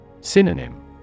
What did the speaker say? Synonym